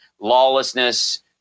Lawlessness